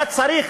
היה צריך